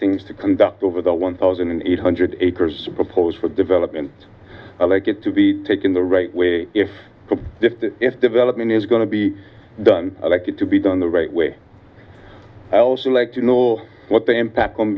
things to conduct over the one thousand eight hundred acres proposed for development i like it to be taken the right way if it's development is going to be done elected to be done the right way i also like to know what the impact on